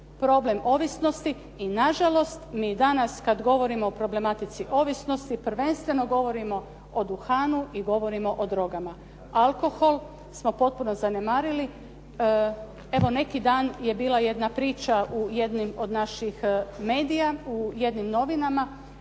problem ovisnosti. I nažalost mi i danas kada govorimo o problematici ovisnosti prvenstveno govorimo o duhanu i govorimo o drogama. Alkohol smo potpuno zanemarili. Evo neki dan je bila jedna priča u jednim od naših medija, u jednim novinama,